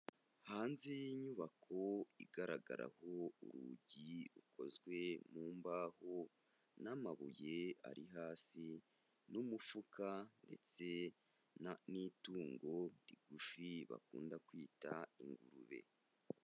Hanze y'inyubako igaragaraho ku urugi rukozwe mu mbaho, n'amabuye ari hasi n'umufuka ndetse n'itungo rigufi bakunda kwita ingurube.